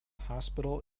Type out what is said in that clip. hospital